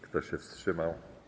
Kto się wstrzymał?